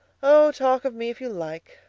oh! talk of me if you like,